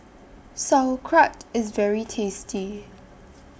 Sauerkraut IS very tasty